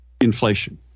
inflation